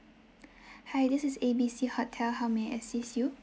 hi this is A B C hotel how may I assist you